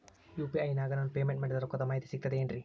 UPI ನಾಗ ನಾನು payment ಮಾಡಿದ ರೊಕ್ಕದ ಮಾಹಿತಿ ಸಿಕ್ತದೆ ಏನ್ರಿ?